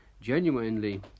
genuinely